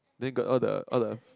they got all the all the